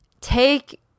take